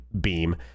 beam